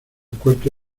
cuarto